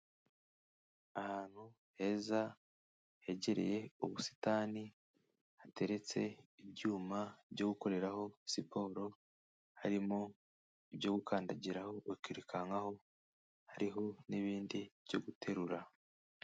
Ahantu heza hegereye ubusitani, hateretse ibyuma byo gukoreraho siporo, harimo ibyo gukandagiraho bakirukankaho, hariho n'ibindi byo guterura.